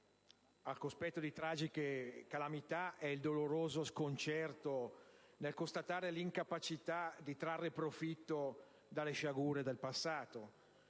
al cospetto di tragiche calamità è il doloroso sconcerto nel constatare l'incapacità di trarre profitto dalle sciagure del passato.